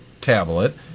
tablet